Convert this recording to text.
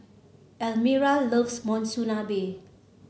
Elmyra loves Monsunabe